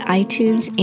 itunes